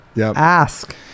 ask